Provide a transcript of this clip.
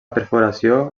perforació